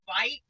fight